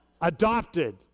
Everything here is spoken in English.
Adopted